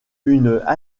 une